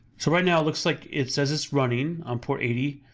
so right now it looks like, it says it's running on port eighty,